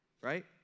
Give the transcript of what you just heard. right